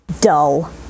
dull